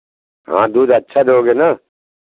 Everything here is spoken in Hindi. हाँ दूध अच्छा दोगे ना